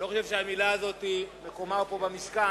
אני לא חושב שהמלה הזאת, מקומה פה במשכן,